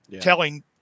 telling